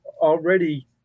already